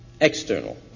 external